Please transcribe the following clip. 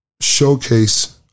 showcase